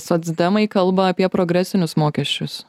socdemai kalba apie progresinius mokesčius